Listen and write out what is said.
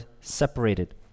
separated